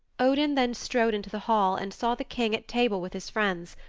odin then strode into the hall and saw the king at table with his friends,